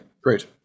great